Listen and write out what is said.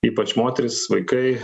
ypač moterys vaikai